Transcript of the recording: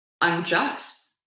unjust